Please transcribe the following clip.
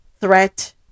threat